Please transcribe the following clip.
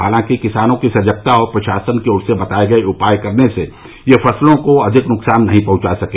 हालांकि किसानों की सजगता और प्रशासन की ओर से बताए गए उपाय करने से ये फसलों को अधिक नुकसान नहीं पहुंचा सके